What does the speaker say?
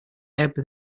ebb